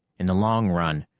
in the long run,